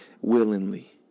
willingly